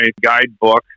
guidebook